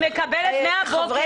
כפי